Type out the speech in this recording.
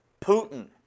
Putin